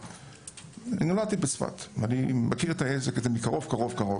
אני נולדתי בצפת ואני מכיר את העסק הזה מקרוב מאוד.